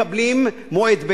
מקבלים מועד ב'.